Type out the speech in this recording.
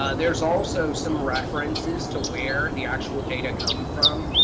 ah there's also some references to where the actual data come from,